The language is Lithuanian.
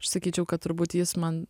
aš sakyčiau kad turbūt jis man